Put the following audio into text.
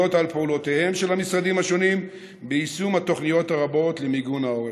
על פעולותיהם של המשרדים השונים ביישום התוכניות הרבות למיגון העורף.